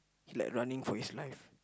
he like running for his life